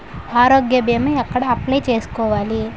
ఆరోగ్య భీమా ఎక్కడ అప్లయ్ చేసుకోవాలి?